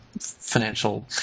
financial